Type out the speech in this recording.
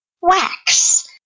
wax